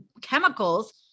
chemicals